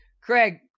Craig